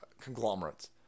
conglomerates